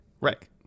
Right